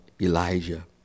Elijah